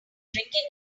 drinking